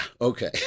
okay